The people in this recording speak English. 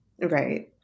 Right